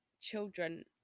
children